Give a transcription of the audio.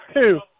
two